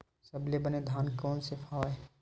सबले बने धान कोन से हवय?